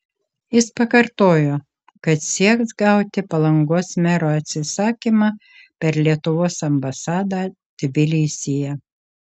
jis pakartojo kad sieks gauti palangos mero atsisakymą per lietuvos ambasadą tbilisyje